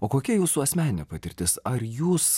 o kokia jūsų asmeninė patirtis ar jūs